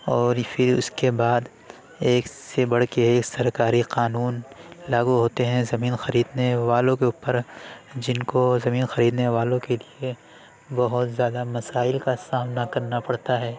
اور پھر اس کے بعد ایک سے بڑھ کے ایک سرکاری قانون لاگو ہوتے ہیں زمین خریدنے والوں کے اوپر جن کو زمین خریدنے والوں کے لیے بہت زیادہ مسائل کا سامنا کرنا پڑتا ہے